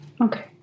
okay